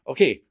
Okay